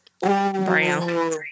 Brown